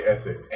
ethic